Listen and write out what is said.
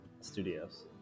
Studios